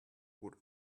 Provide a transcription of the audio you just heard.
would